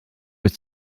bis